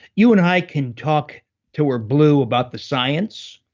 you and i can talk til we're blue about the science,